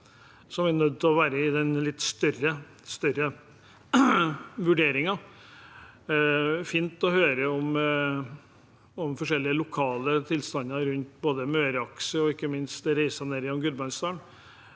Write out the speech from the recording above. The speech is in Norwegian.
som er nødt til å være med i den litt større vurderingen. Det er fint å høre om forskjellige lokale tilstander rundt både Møreaksen og ikke minst reiser gjennom Gudbrandsdalen,